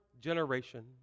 generation